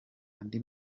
andi